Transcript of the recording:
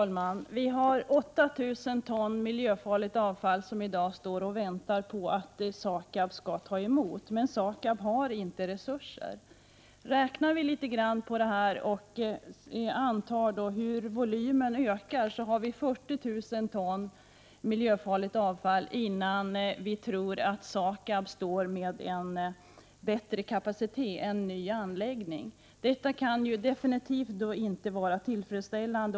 Herr talman! 8 000 ton miljöfarligt avfall väntar på att kunna bli mottaget av SAKAB. Men SAKAB har inte erforderliga resurser. Om vi räknar litet grand på detta och studerar hur volymen ökar, kommer vi att finna att det är 63 40 000 ton miljöfarligt avfall som kommer att få vänta på en bättre kapacitet hos SAKAB. Det handlar alltså om en ny anläggning. Detta kan definitivt inte anses vara tillfredsställande.